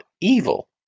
evil